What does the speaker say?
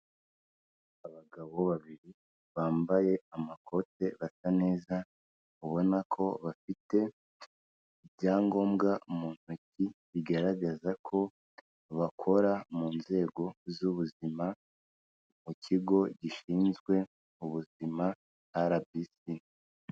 Abagabo babiri bambaye amakote basa neza, ubona ko bafite ibyangombwa mu ntoki bigaragaza ko bakora mu nzego z'ubuzima mu kigo gishinzwe ubuzima arabisi.